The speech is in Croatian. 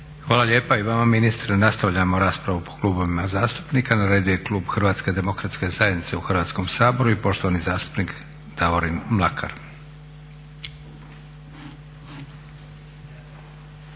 Hvala lijepa i vama ministre. Nastavljamo raspravu po klubovima zastupnika. Na redu je klub HDZ-a u Hrvatskom saboru i poštovani zastupnik Davorin Mlakar.